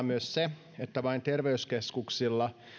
myös se että vain terveyskeskuksilla